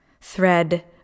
thread